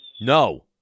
No